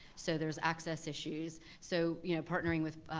so there's access issues. so you know partnering with